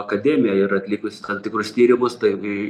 akademija ir atlikus tam tikrus tyrimus staigiai